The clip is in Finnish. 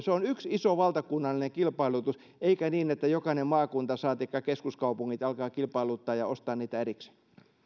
se on yksi valtakunnallinen kilpailutus eikä niin että jokainen maakunta saatikka keskuskaupungit alkaa kilpailuttaa ja ostaa niitä erikseen